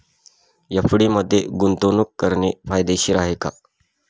FD मध्ये गुंतवणूक करणे फायदेशीर आहे का?